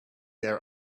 their